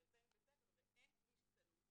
אתה יוצא מבית ספר ואין כביש סלול,